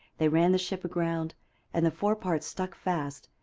they ran the ship aground and the forepart stuck fast,